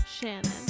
Shannon